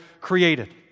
created